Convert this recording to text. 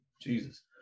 Jesus